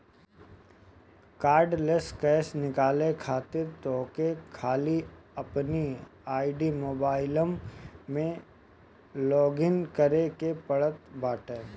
cardless cash निकाले खातिर तोहके खाली अपनी आई मोबाइलम में लॉगइन करे के पड़त बाटे